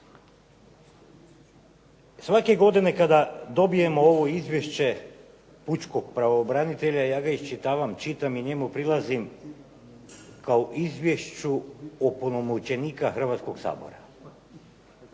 Svake godine kada dobijemo ovo izvješće pučkog pravobranitelja, ja ga iščitavam, čitam i njemu prilazim kao izvješću opunomoćenika Hrvatskog sabora.